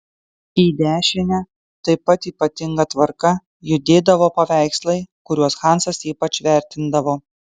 į dešinę taip pat ypatinga tvarka judėdavo paveikslai kuriuos hansas ypač vertindavo